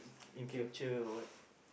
okay